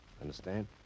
Understand